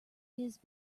his